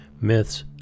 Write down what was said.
myths